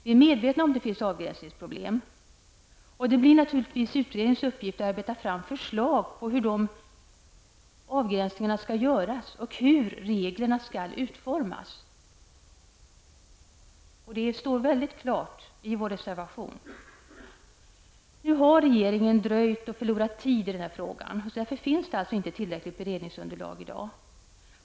Vi är medvetna om att det finns avgränsningsproblem. Det blir naturligtvis utredningens uppgift att arbeta fram förslag om hur de avgränsningarna skall göras och hur regleringen skall utformas. Det står väldigt klart i vår reservation. Regeringen har dröjt och därigenom förlorat tid i denna fråga. Därför finns i dag inte tillräckligt beredningsunderlag.